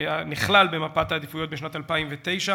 בשנת 2009,